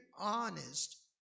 honest